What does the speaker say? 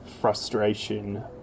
frustration